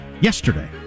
yesterday